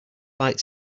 light